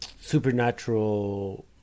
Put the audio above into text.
supernatural